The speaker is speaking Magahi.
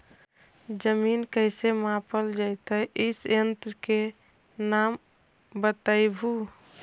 जमीन कैसे मापल जयतय इस यन्त्र के नाम बतयबु?